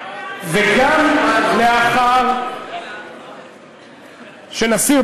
וגם לאחר שנסיר,